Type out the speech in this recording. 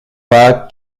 pas